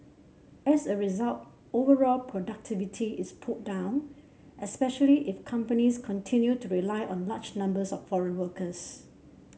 as a result overall productivity is pulled down especially if companies continue to rely on large numbers of foreign workers